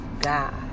God